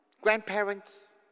Grandparents